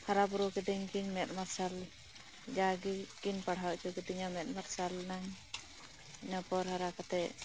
ᱦᱟᱨᱟ ᱵᱩᱨᱩ ᱠᱤᱫᱤᱧ ᱠᱤᱱ ᱢᱮᱫ ᱢᱟᱨᱥᱟᱞ ᱡᱟᱜᱮ ᱠᱤᱱ ᱯᱟᱲᱦᱟᱣ ᱦᱚᱪᱚ ᱠᱤᱫᱤᱧᱟ ᱢᱮᱫ ᱢᱟᱨᱥᱟᱞ ᱱᱟ ᱤᱱᱟᱹ ᱯᱚᱨ ᱦᱟᱨᱟ ᱠᱟᱛᱮᱫ